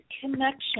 Connection